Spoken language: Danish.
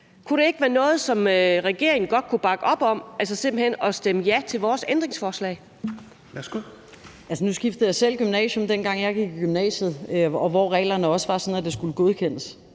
Kunne det ikke være noget, som regeringen godt kunne bakke op om, altså simpelt hen stemme ja til vores ændringsforslag?